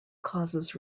causes